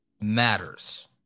matters